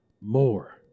more